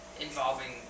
involving